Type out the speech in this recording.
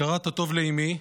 הכרת הטוב לאימי,